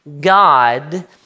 God